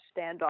standoff